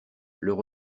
leur